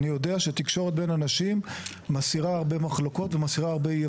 אני יודע שתקשורת בין אנשים מסירה הרבה מחלוקות ומסירה הרבה איי